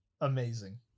Amazing